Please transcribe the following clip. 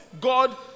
God